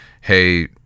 Hey